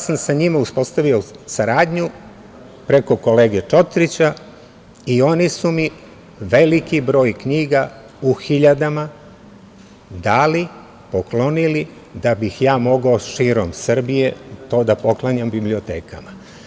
Sa njim sam uspostavio saradnju preko kolege Čotrića, i oni su mi veliki broj knjiga, u hiljadama, dali, poklonili, da bih ja mogao širom Srbije to da poklanjam bibliotekama.